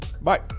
bye